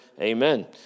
amen